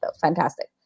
Fantastic